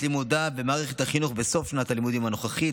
לימודיו במערכת החינוך בסוף שנת הלימודים הנוכחית,